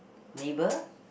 neighbor